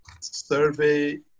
survey